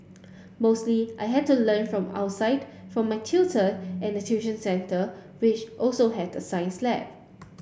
mostly I had to learn from outside from my tutor and the tuition centre which also had a science lab